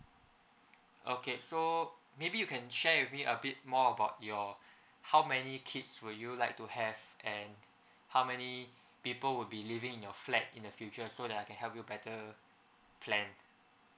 okay so maybe you can share with me a bit more about your how many kids were you like to have and how many people would be living in your flat in the future so that I can help you better plan